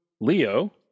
Leo